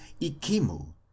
ikimu